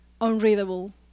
unreadable